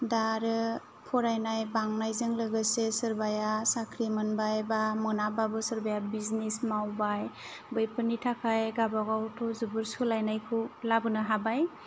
दा आरो फरायनाय बांनायजों लोगोसे सोरबाया साख्रि मोनबाय बा मोनाबाबो सोरबाया बिजनेसबो मावबाय बेफोरनि थाखाय गावबागावथ' जोबोर सोलायनायखौ लाबोनो हाबाय